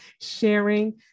sharing